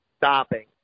stopping